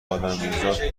ادمیزاد